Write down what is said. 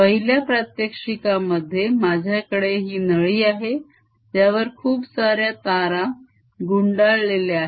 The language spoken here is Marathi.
पहिल्या प्रात्यक्षिकामध्ये माझ्याकडे ही नळी आहे ज्यावर खूपसाऱ्या तारा गुंडाळलेल्या आहेत